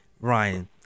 Ryan